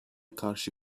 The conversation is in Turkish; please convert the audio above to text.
karşı